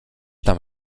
tam